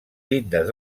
llindes